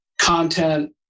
content